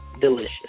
delicious